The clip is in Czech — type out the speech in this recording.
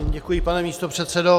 Děkuji, pane místopředsedo.